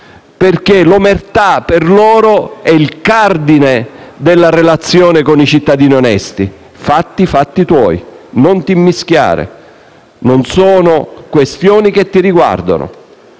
mafie l'omertà è il cardine della relazione con i cittadini onesti: «Fatti i fatti tuoi. Non ti immischiare, non sono questioni che ti riguardano».